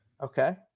Okay